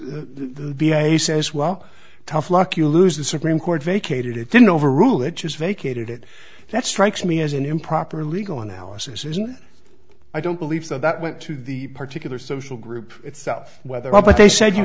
the v a says well tough luck you lose the supreme court vacated it didn't overrule it just vacated it that strikes me as an improper legal analysis isn't it i don't believe so that went to the particular social group itself whether or not but they said you